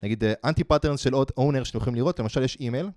נגיד anti-pattern של עוד owner שאתם יכולים לראות, למשל יש אימייל